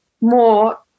more